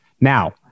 Now